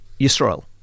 Yisrael